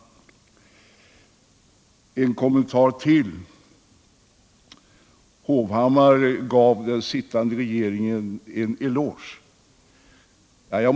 För det andra gav herr Hovhammar den sittande regeringen en eloge.